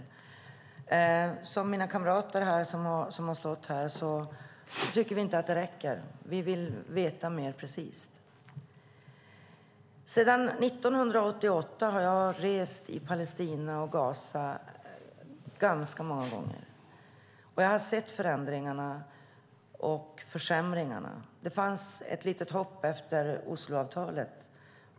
Jag och mina kamrater här tycker inte att det räcker. Vi vill veta mer precist. Sedan 1988 har jag ganska många gånger rest i Palestina och Gaza. Jag har sett förändringarna och försämringarna. Det fanns ett litet hopp efter Osloavtalet.